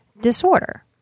disorder